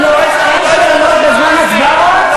לעצור את ההצבעות.